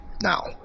now